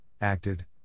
acted